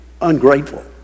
ungrateful